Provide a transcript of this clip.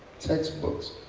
textbooks,